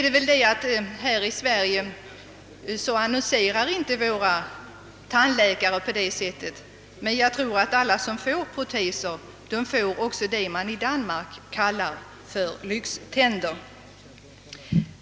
De svenska tandläkarna annonserar inte på det sättet, men jag tror att alla som får proteser här i Sverige också får vad man i Danmark kallar för »lyxtänder».